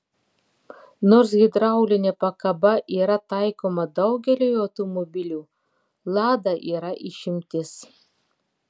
nors hidraulinė pakaba yra taikoma daugeliui automobilių lada yra išimtis